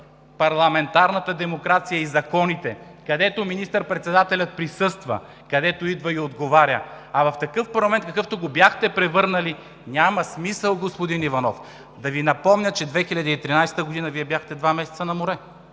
парламентарната демокрация и законите, където министър-председателят присъства, където идва и отговаря, а в такъв парламент, какъвто го бяхте превърнали, няма смисъл, господин Иванов. Да Ви напомня, че през 2013 г. Вие бяхте два месеца на море